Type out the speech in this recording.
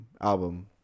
album